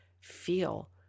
feel